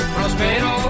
Prospero